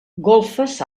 golfes